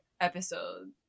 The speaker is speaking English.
episode